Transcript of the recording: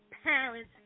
parents